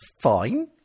fine